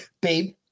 babe